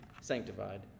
sanctified